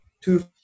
Two